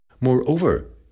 Moreover